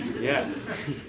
Yes